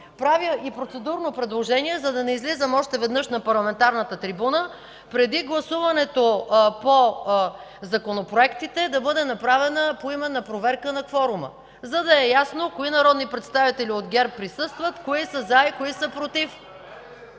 Правя и процедурно предложение, за да не излизам още веднъж на парламентарната трибуна – преди гласуването по законопроектите да бъде направена поименна проверка на кворума, за да е ясно кои народни представители от ГЕРБ присъстват, кои са „за” и кои са „против”.